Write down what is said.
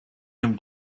him